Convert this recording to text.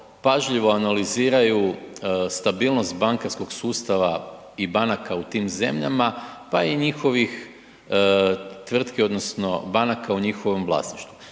pažljivo analiziraju stabilnost bankarskog sustava i banaka u tim zemljama, pa i njihovih tvrtki odnosno banaka u njihovom vlasništvu.